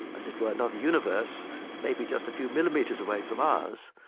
as it were, another universe maybe just a few millimeters away from ours.